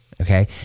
Okay